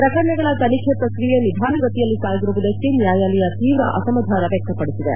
ಪ್ರಕರಣಗಳ ತನಿಖೆ ಪ್ರಕ್ರಿಯೆ ನಿಧಾನಗತಿಯಲ್ಲಿ ಸಾಗಿರುವುದಕ್ಕೆ ನ್ನಾಯಾಲಯ ತೀವ್ರ ಅಸಮಾಧಾನ ವ್ಯಕ್ತಪಡಿಸಿದೆ